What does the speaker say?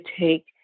take